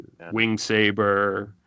Wingsaber